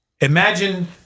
Imagine